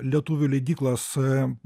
lietuvių leidyklos